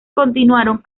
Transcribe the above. continuaron